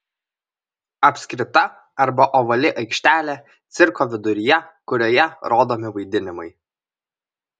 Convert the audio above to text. apskrita arba ovali aikštelė cirko viduryje kurioje rodomi vaidinimai